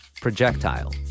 projectile